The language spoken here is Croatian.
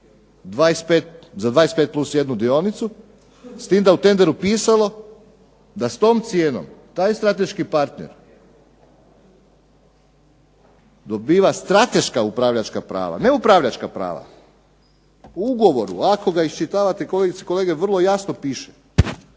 25 plus jednu dionicu. S tim da je u tenderu pisalo da s tom cijenom taj strateški partner dobiva strateška upravljačka prava, ne upravljačka prava. U ugovoru ako ga iščitavate kolegice i kolege vrlo jasno piše